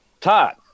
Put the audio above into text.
Todd